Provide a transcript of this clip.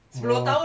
oh